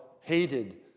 hated